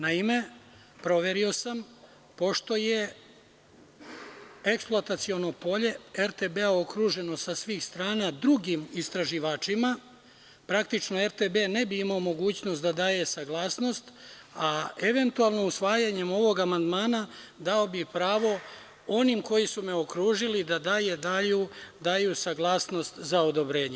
Naime, proverio sam, pošto je eksploataciono polje RTB-a okruženo sa svih strana drugim istraživačima, praktično RTB ne bi imao mogućnost da daje saglasnost, a eventualno usvajanjem ovog amandmana dao bi pravo onim koji su me okružili da dalje daju saglasnost za odobrenje.